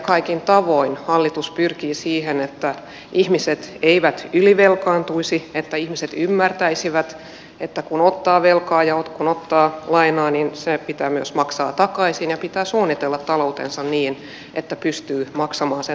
kaikin tavoin hallitus pyrkii siihen että ihmiset eivät ylivelkaantuisi että ihmiset ymmärtäisivät että kun ottaa velkaa ja kun ottaa lainaa niin se pitää myös maksaa takaisin ja pitää suunnitella taloutensa niin että pystyy maksamaan sen takaisin